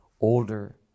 older